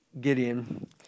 Gideon